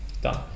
Done